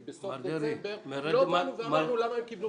בסוף דצמבר לא באנו ואמרנו למה הם קיבלו.